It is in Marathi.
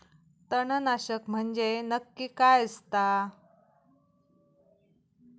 तणनाशक म्हंजे नक्की काय असता?